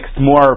more